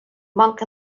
monk